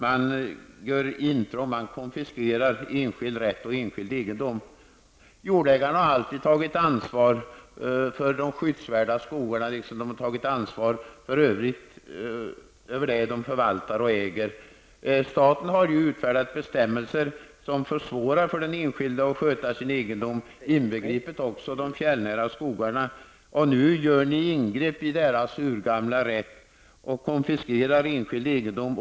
Man gör intrång och konfiskerar enskild rätt och egendom. Jordägarna har alltid tagit ansvar för de skyddsvärda skogarna liksom de har tagit ansvar för övrig mark som de äger och förvaltar. Staten har ju utfärdat bestämmelser som försvårar för den enskilde att sköta sin egendom, inbegripet de fjällnära skogarna. Nu gör man ingrepp i deras urgamla rätt och konfiskerar enskild egendom.